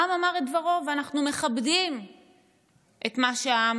העם אמר את דברו, ואנחנו מכבדים את מה שהעם